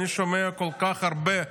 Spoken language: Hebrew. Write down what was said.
אני שומע כל כך הרבה,